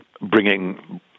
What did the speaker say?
bringing